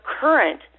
current